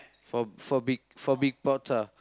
four four big four big pots ah